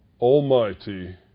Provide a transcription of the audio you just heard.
almighty